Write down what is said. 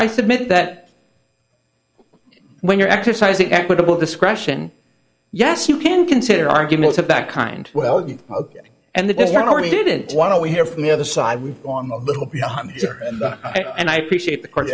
i submit that when you're exercising equitable discretion yes you can consider arguments of that kind well you and there's already did it why don't we hear from the other side we're on a little behind here and i appreciate the c